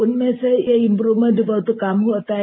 उनमें से ये इम्प्रवमेंट बहुत कम होता है